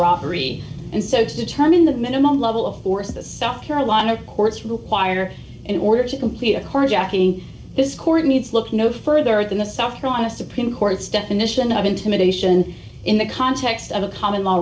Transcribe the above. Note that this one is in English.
robbery and so to determine the minimum level of force the south carolina courts require in order to complete a carjacking this court needs look no further than the south carolina supreme court's definition of intimidation in the context of a common law